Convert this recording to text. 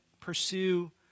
pursue